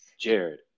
Jared